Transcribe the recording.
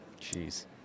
Jeez